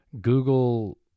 Google